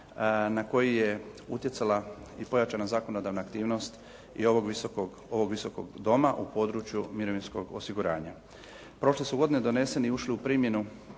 na koji je utjecala i pojačana zakonodavna aktivnost i ovog Visokog, ovog Visokog doma u području mirovinskog osiguranja. Prošle su godine doneseni i ušli u primjenu